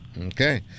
Okay